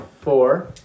four